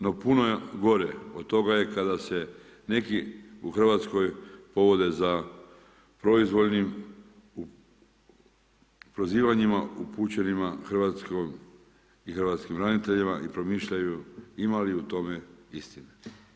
No, puno gore od toga je kada se neki u Hrvatskoj povode za proizvoljnim prozivanjima upućenima hrvatskom i hrvatskim braniteljima i promišljaju ima li u tome istine.